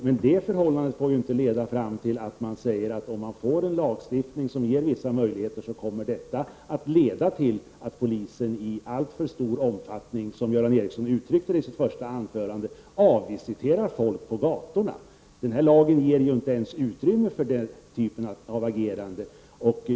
Men det förhållandet kan inte föranleda att man därför kan säga att om man får en lagstiftning som ger vissa möjligheter kommer det att leda till att polisen i alltför stor omfattning, som Göran Ericsson ut tryckte det i sitt första anförande, avvisiterar folk på gatorna. Den här lagen ger inte ens utrymme för den typen av agerande.